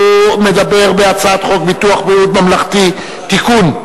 הצעת חוק ביטוח בריאות ממלכתי (תיקון,